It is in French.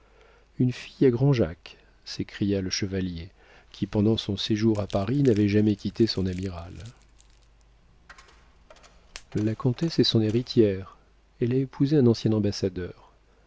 une fille à grand jacques s'écria le chevalier qui pendant son séjour à paris n'avait jamais quitté son amiral la comtesse est son héritière elle a épousé un ancien ambassadeur